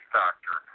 doctor